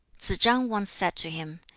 tsz-chang once said to him,